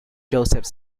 joseph